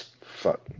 Fuck